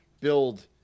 build